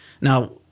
now